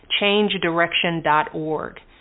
changedirection.org